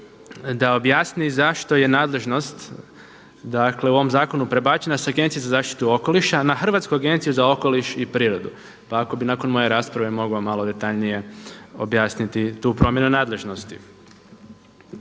da objasni zašto je nadležnost u ovom zakonu prebačena sa Agencije za zaštitu okoliša na Hrvatsku agenciju za okoliš i prirodu, pa ako bi nakon moje rasprave mogao malo detaljnije objasniti tu promjenu nadležnosti.